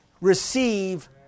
receive